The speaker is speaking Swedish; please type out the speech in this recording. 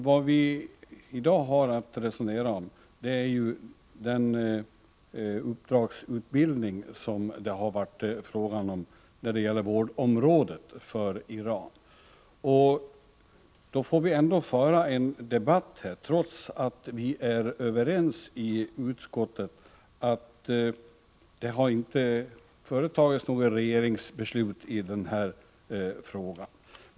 Vad vi i dag har att resonera om är den uppdragsutbildning för Iran som har varit aktuell inom vårdområdet. Vi för här en debatt trots att vi är överens i utskottet och trots att det inte har fattats något regeringsbeslut i denna fråga.